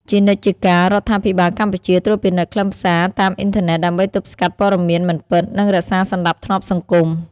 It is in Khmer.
ជានិច្ចជាកាល រដ្ឋាភិបាលកម្ពុជាត្រួតពិនិត្យខ្លឹមសារតាមអ៊ីនធឺណិតដើម្បីទប់ស្កាត់ព័ត៌មានមិនពិត និងរក្សាសណ្តាប់ធ្នាប់សង្គម។